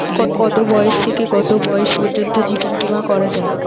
কতো বয়স থেকে কত বয়স পর্যন্ত জীবন বিমা করা যায়?